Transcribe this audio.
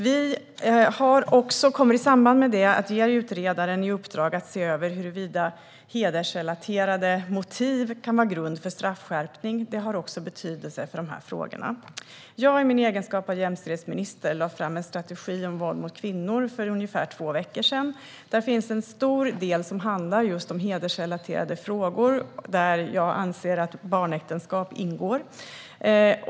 Vi kommer i samband med det att ge utredaren i uppdrag att se över huruvida hedersrelaterade motiv kan vara grund för straffskärpning. Det har också betydelse för de här frågorna. Jag lade i min egenskap av jämställdhetsminister fram en strategi mot våld mot kvinnor för ungefär två veckor sedan. Där finns en stor del som handlar just om hedersrelaterade frågor, där jag anser att barnäktenskap ingår.